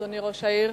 אדוני ראש העיר,